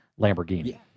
Lamborghini